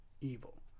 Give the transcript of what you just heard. evil